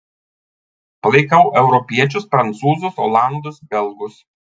palaikau europiečius prancūzus olandus belgus